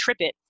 TripIt